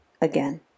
again